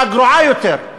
מביאים חקיקה גרועה יותר,